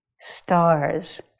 stars